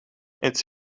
its